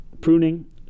pruning